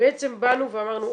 שבעצם באנו ואמרנו,